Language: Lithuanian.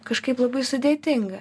kažkaip labai sudėtinga